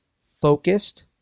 focused